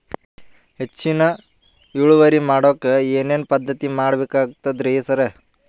ಹೆಚ್ಚಿನ್ ಇಳುವರಿ ಮಾಡೋಕ್ ಏನ್ ಏನ್ ಪದ್ಧತಿ ಮಾಡಬೇಕಾಗ್ತದ್ರಿ ಸರ್?